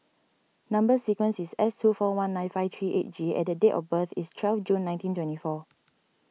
Number Sequence is S two four one nine five three eight G and the date of birth is twelve June nineteen twenty four